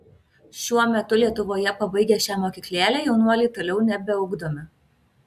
šiuo metu lietuvoje pabaigę šią mokyklėlę jaunuoliai toliau nebeugdomi